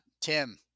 Tim